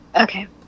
Okay